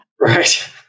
Right